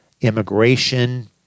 immigration